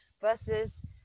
versus